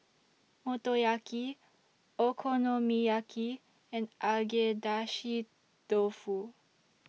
Motoyaki Okonomiyaki and Agedashi Dofu